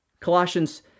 Colossians